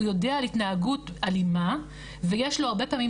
הוא יודע על התנהגות אלימה ויש לו הרבה פעמים